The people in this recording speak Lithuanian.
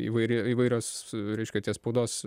įvairi įvairios reiškia tie spaudos